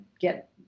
get